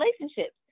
relationships